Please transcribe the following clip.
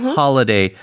holiday